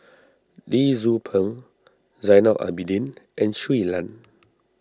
Lee Tzu Pheng Zainal Abidin and Shui Lan